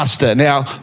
Now